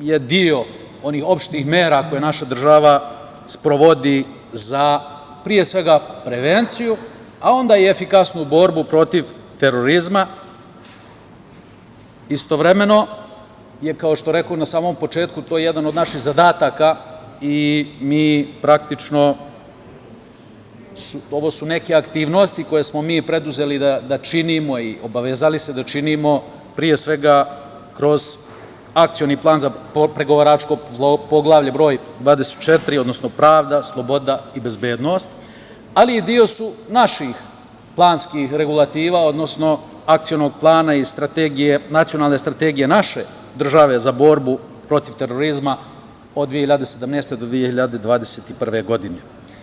je deo onih opštih mera koje naša država sprovodi za pre svega, prevenciju, a onda i efikasnu borbu protiv terorizma, a istovremeno je kao što rekoh na samom početku, to jedan od naših zadataka i mi praktično, ovo su neke aktivnosti koje smo mi preduzeli da činimo i obavezali se da činimo, pre svega kroz akcioni plan za pregovaračko poglavlje 24. odnosno pravda, sloboda i bezbednost, ali su deo i naših planskih regulativa, odnosno akcionog plana i strategije nacionalne strategije naše države za borbu protiv terorizma, od 2017. do 2021. godine.